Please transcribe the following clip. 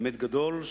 באמת גדול,